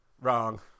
Wrong